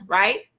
right